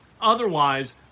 Otherwise